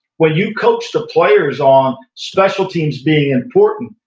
when you coach the players on special teams being important,